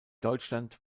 deutschland